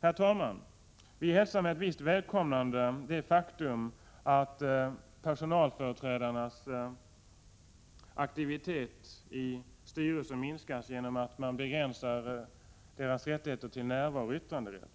Herr talman! Vi hälsar med visst välkomnande det faktum att personalföreträdarnas aktivitet i styrelserna minskas genom att man begränsar deras rättighet till närvaro och yttranderätt.